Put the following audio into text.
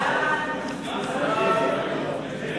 הצעת ועדת הפנים